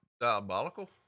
diabolical